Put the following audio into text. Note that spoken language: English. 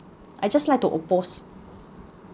I just like to oppose